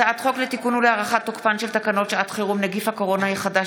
הצעת חוק לתיקון ולהארכת תוקפן של תקנות שעת חירום (נגיף הקורונה החדש,